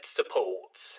supports